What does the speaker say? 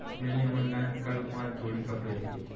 मैंने ऑनलाइन कल पांच जोड़ी कपड़े लिए